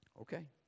Okay